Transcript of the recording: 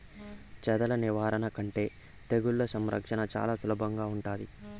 చెదల నివారణ కంటే తెగుళ్ల సంరక్షణ చానా సులభంగా ఉంటాది